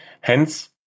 Hence